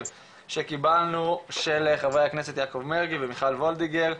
של חברי הכנסת יעקב מרגי ומיכל וולדיגר,